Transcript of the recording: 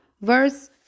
Verse